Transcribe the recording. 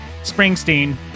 Springsteen